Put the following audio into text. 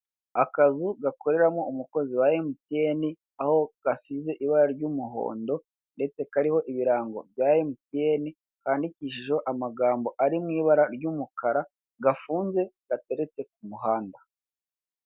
Akazu gakoreramo umukozi wa MTN aho gasize ibara ry'umuhondo ndetse kariho ibirango bya MTN kandikishejo amagambo ari mu ibara ry'umukara gafunze gateretse ku muhanda.